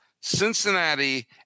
Cincinnati